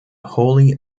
wholly